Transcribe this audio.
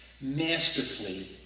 Masterfully